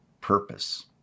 purpose